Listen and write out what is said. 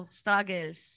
struggles